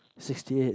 sixty eight